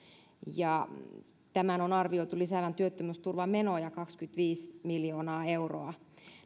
tämän on arvioitu lisäävän työttömyysturvamenoja kaksikymmentäviisi miljoonaa euroa